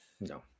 no